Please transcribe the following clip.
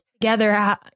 together